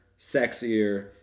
sexier